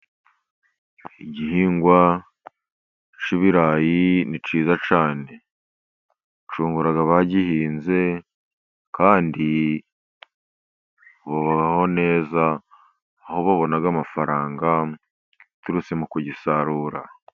Igihingwa cy'ibirayi ni cyiza cyane, cyungura abagihinze kandi babaho neza, aho babona amafaranga aturutse mu kugisarura.